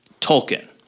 Tolkien